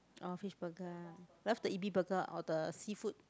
uh fish burger ah love the Ebi Burger or the seafood